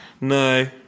No